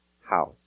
house